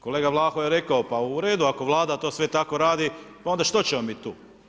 Kolega Vlaho je rekao, pa u redu ako Vlada to sve tako radi, pa onda što ćemo mi tu?